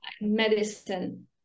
medicine